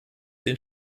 den